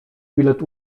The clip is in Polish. bilet